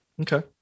Okay